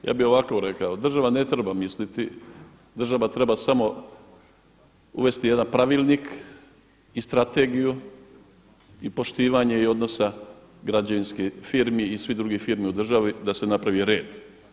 Ja bih ovako rekao, država ne treba misliti, država treba samo uvesti jedan pravilnik i strategiju i poštivanje i odnosa građevinskih firmi i svih drugih firmi u državi da se napravi red.